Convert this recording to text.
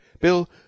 Bill